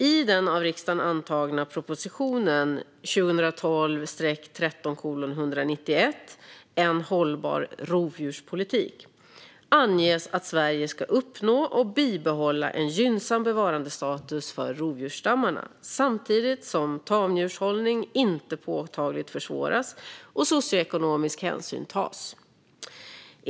I den av riksdagen antagna propositionen 2012/13:191 En hållbar rov djurspolitik anges att Sverige ska uppnå och bibehålla en gynnsam bevarandestatus för rovdjursstammarna samtidigt som tamdjurshållning inte påtagligt försvåras och socioekonomisk hänsyn tas.